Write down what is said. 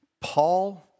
Paul